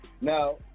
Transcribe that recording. Now